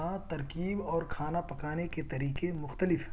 ہاں ترکیب اور کھانا پکانے کے طریقے مختلف ہیں